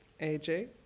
AJ